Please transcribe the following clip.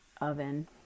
oven